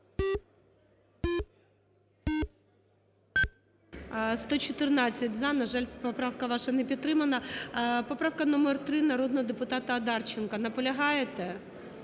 За-114 На жаль, поправка ваша не підтримана. Поправка номер 3 народного депутата Одарченка. Наполягаєте?